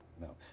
No